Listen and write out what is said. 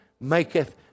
maketh